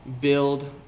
build